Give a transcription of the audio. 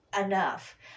enough